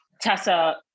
Tessa